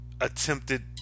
attempted